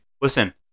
Listen